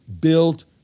built